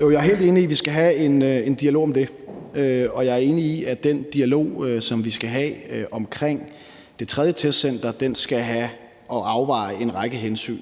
jeg er helt enig i, at vi skal have en dialog om det. Og jeg er enig i, at vi i den dialog, som vi skal have om det tredje testcenter, skal tage stilling til at afveje en række hensyn.